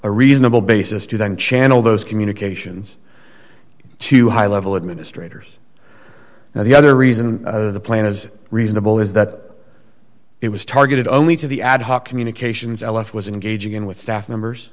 a reasonable basis to then channel those communications to high level administrators and the other reason the plan is reasonable is that it was targeted only to the ad hoc communications l f was engaging in with staff members